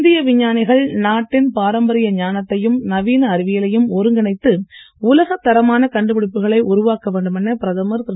இந்திய விஞ்ஞானிகள் நாட்டின் பாரம்பரிய ஞானத்தையும் நவீன அறிவியலையும் ஒருங்கிணைத்து உலகத் தரமான கண்டுபிடிப்புகளை உருவாக்க வேண்டும் என பிரதமர் திரு